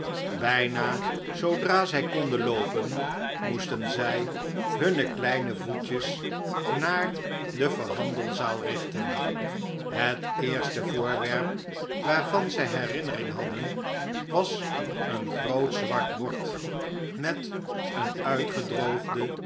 bijna zoodra zij konden loopen moesten zij hunne kleine voetjes naar de verhandelzaal richten het eerste voorwerp waarvan zij herinnering hadden was een groot zwart bord met een uitgedroogden